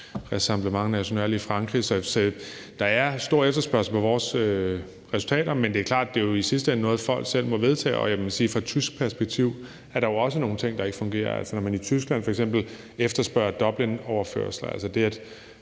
der er stor efterspørgsel på vores resultater, men det er klart, at det jo i sidste ende er noget, folk selv må vedtage. Fra et tysk perspektiv er der jo også nogle ting, der ikke fungerer. I Tyskland efterspørger man f.eks. Dublinoverførsler,